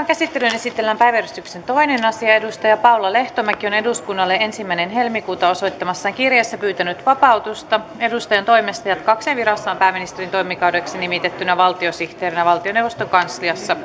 käsittelyyn esitellään päiväjärjestyksen toinen asia paula lehtomäki on eduskunnalle ensimmäinen toista kaksituhattaseitsemäntoista osoittamassaan kirjeessä pyytänyt vapautusta edustajantoimesta jatkaakseen virassaan pääministerin toimikaudeksi nimitettynä valtiosihteerinä valtioneuvoston kansliassa